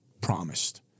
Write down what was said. promised